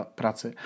pracy